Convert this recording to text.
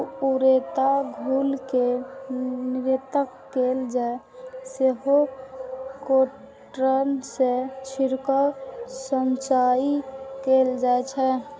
उड़ैत धूल कें नियंत्रित करै लेल सेहो रोटेटर सं छिड़काव सिंचाइ कैल जाइ छै